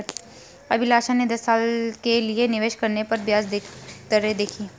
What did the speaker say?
अभिलाषा ने दस साल के लिए निवेश करने पर ब्याज दरें देखी